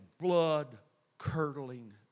blood-curdling